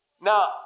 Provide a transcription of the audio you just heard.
Now